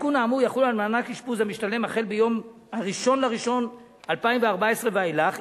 העדכון האמור יחול על מענק אשפוז המשתלם החל ביום 1 בינואר 2014 ואילך.